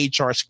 HR